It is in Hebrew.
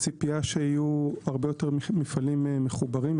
הציפייה שיהיו הרבה יותר מפעלים מחוברים.